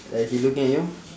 uh he looking at you